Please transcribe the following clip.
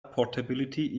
portability